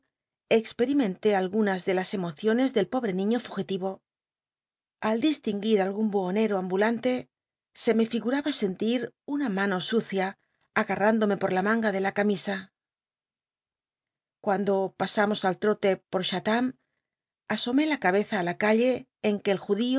aun algunas de las emociones del pobre niño fugiti o al o ambulante se me figuraba sentir una mano sucia agarrándome por la manga de la camisa cuando pasamos al trote por satin asomé la cabeza á la calle en que el